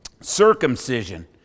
Circumcision